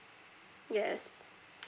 yes